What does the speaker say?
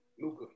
Luca